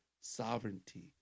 sovereignty